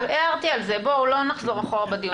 הערתי על זה, בואו לא נחזור אחורה בדיון.